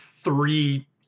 three